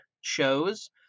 shows